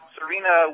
Serena